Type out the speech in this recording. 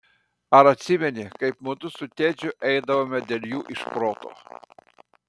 ar atsimeni kaip mudu su tedžiu eidavome dėl jų iš proto